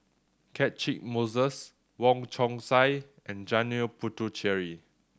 Catchick Moses Wong Chong Sai and Janil Puthucheary